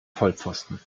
vollpfosten